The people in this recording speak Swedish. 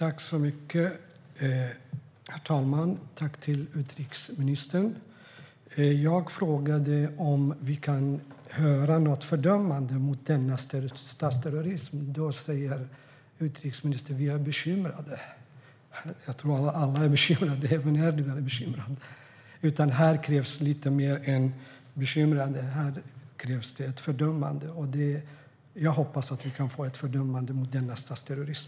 Herr talman! Tack, utrikesministern! Jag frågade om vi kan få höra ett fördömande av denna statsterrorism. Då säger utrikesministern: Vi är bekymrade. Jag tror att alla är bekymrade, även Erdogan. Här krävs mer än att vara bekymrad. Här krävs ett fördömande. Jag hoppas att vi kan få ett fördömande av denna statsterrorism.